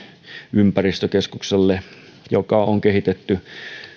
ympäristökeskukselle joka on kehitetty